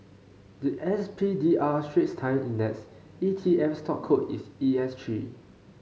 the S P D R Straits Times Index E T F stock code is E S three